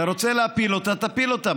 אתה רוצה להפיל אותה, תפיל אותה.